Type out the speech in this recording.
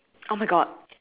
oh my god